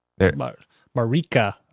Marika